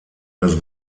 das